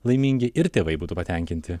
laimingi ir tėvai būtų patenkinti